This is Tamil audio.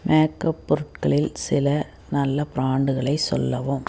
மேக்கப் பொருட்களில் சில நல்ல ப்ராண்டுகளை சொல்லவும்